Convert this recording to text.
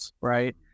right